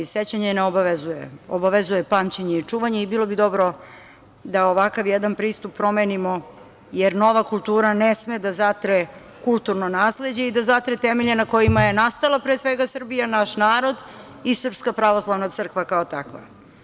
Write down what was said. Sećanje ne obavezuje, obavezuje pamćenje i čuvanje i bilo bi dobro da ovakav jedan pristup promenimo, jer nova kultura ne sme da zatre kulturno nasleđe i da zatre temelje na kojima je nastala pre svega Srbija, naš narod i Srpska pravoslavna crkva kao takva.